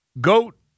GOAT